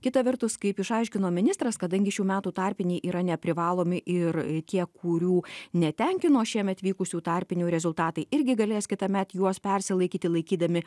kita vertus kaip išaiškino ministras kadangi šių metų tarpiniai yra neprivalomi ir kiek kurių netenkino šiemet vykusių tarpinių rezultatai irgi galės kitąmet juos persilaikyti laikydami